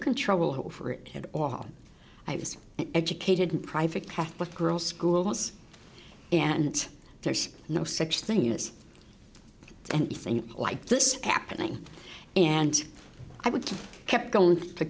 control over it at all i was educated in private catholic girls school was and there's no such thing as anything like this happening and i would have kept going to